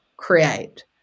create